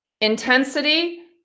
Intensity